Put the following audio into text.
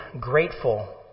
grateful